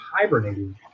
hibernating